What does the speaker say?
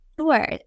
Sure